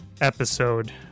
episode